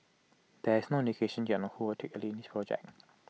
there is no indication yet on who take the lead in this project